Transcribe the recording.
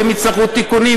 ואם יצטרכו תיקונים,